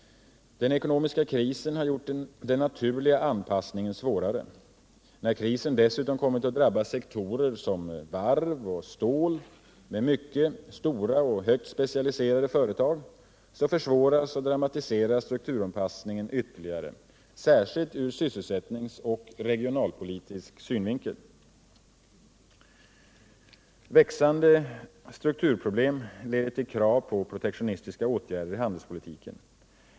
Den ekonomiska krisen har gjort den naturliga anpassningen svårare. När krisen dessutom kommit att drabba sektorer som varv och stål med mycket stora och högt specialiserade företag, försvåras och dramatiseras strukturanpassningen ytterligare — särskilt från sysselsättningspolitisk och regionalpolitisk synpunkt. Växande strukturproblem leder till krav på protektionistiska åtgärder i handelspolitiken.